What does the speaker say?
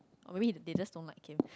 or maybe is they just don't like him